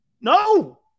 no